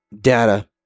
data